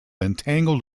entangled